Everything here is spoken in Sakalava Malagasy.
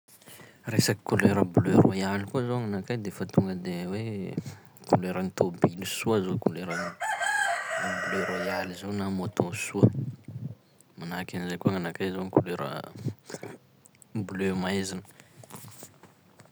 Resaky kolera bleu royale koa zao aminakay de fa tonga de hoe koleran'ny tômbily soa zao kolera bleu royale zao na moto soa, manahaky an'izay koa gn'anakay zao am' kolera aa bleu maizina.